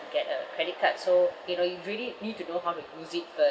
to get a credit card so you know you really need to know how to use it first